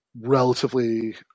relatively